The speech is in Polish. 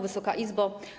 Wysoka Izbo!